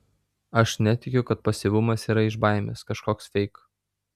aš netikiu kad pasyvumas yra iš baimės kažkoks feik